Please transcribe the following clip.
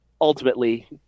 ultimately